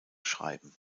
schreiben